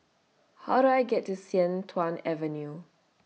How Do I get to Sian Tuan Avenue